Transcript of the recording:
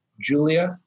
Julia